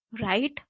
Right